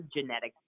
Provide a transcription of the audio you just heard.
genetics